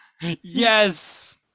Yes